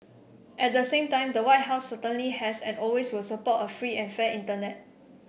at the same time the White House certainly has and always will support a free and fair internet